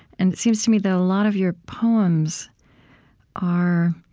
and it seems to me that a lot of your poems are